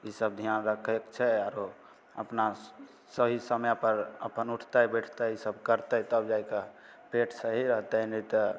ईसब ध्यान रखैके छै आरो अपना सही समय पर अपन ऊठतै बैठतै ईसब करतै तब जाइ कऽ पेट सही रहतै नहि तऽ